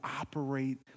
operate